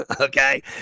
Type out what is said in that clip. okay